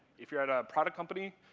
if you're at a product company,